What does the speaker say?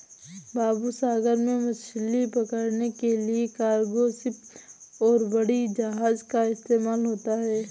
बाबू सागर में मछली पकड़ने के लिए कार्गो शिप और बड़ी जहाज़ का इस्तेमाल होता है